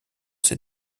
ses